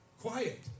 Quiet